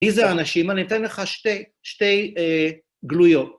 איזה אנשים, אני אתן לך שתי גלויות.